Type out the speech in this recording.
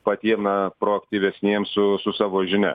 patiem na proaktyvesniem su su savo žinia